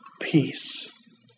peace